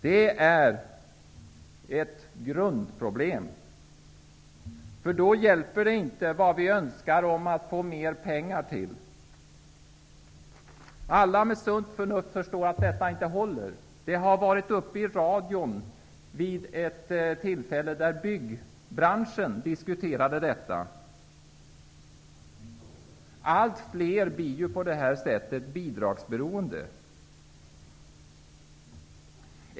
Det är ett grundproblem, och det hjälper inte att vi önskar att få mer pengar. Alla med sunt förnuft förstår att detta inte håller. Det har tagits upp till debatt i radion vid ett tillfälle då byggbranschen diskuterade detta problem. Allt fler blir på detta sätt bidragsberoende.